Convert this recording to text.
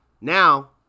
Now